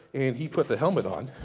and he put the helmet on,